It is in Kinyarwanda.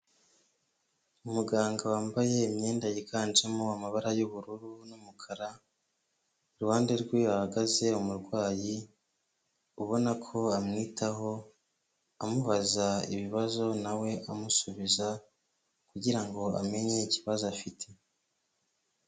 Umuganga wambaye imyenda yiganjemo amabara y'ubururu n'umukara, iruhande rwe hahagaze umurwayi, ubona ko amwitaho, amubaza ibibazo na we amusubiza kugirango amenye ikibazo afite.